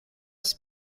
its